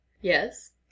Yes